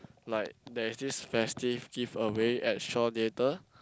like there is this festive giveaway at Shaw-Theatre